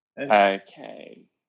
Okay